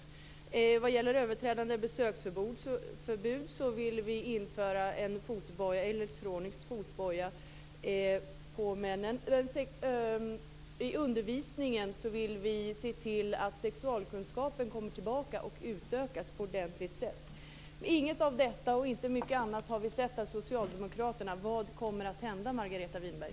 För att förebygga överträdande av besöksförbud vill vi införa elektronisk fotboja för männen. Vi vill att sexualkunskapen kommer tillbaka och utökas i undervisningen. Inget av detta och inte mycket annat har vi sett från socialdemokraternas sida. Vad kommer att hända, Margareta Winberg?